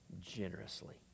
generously